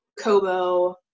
kobo